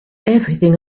everything